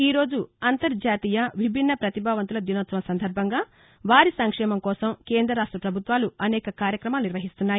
ఈ రోజు అంతర్జాతీయ విభిన్న పతిభావంతుల దినోత్సవం సందర్బంగా వారి సంక్షేమం కోసం కేంద రాష్ట్ర పభుత్వాలు అనేక కార్యకమాలు నిర్వహిస్తున్నాయి